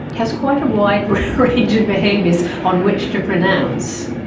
has quite a wide range of behaviours on which to pronounce.